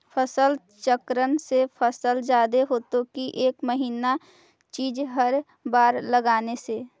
फसल चक्रन से फसल जादे होतै कि एक महिना चिज़ हर बार लगाने से?